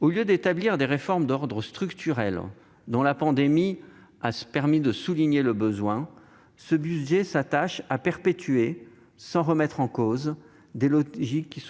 Au lieu d'établir des réformes d'ordre structurel, dont la pandémie a permis de souligner le besoin, ce budget s'attache à perpétuer, sans les remettre en cause, des logiques